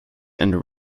and